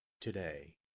today